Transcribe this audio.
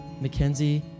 Mackenzie